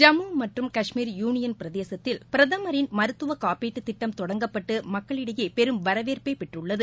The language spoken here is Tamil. ஜம்மு மற்றும் காஷ்மீர் யூனியன் பிரதேசத்தில் பிரதமரின் மருத்துவ காப்பீட்டு திட்டம் தொடங்கப்பட்டு மக்களிடையே பெரும் வரவேற்பை பெற்றுள்ளது